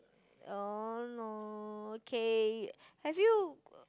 oh no okay have you